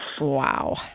Wow